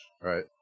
Right